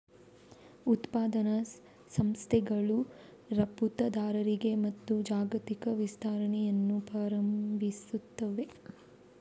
ಉತ್ಪಾದನಾ ಸಂಸ್ಥೆಗಳು ರಫ್ತುದಾರರಾಗಿ ತಮ್ಮ ಜಾಗತಿಕ ವಿಸ್ತರಣೆಯನ್ನು ಪ್ರಾರಂಭಿಸುತ್ತವೆ